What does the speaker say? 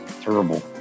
terrible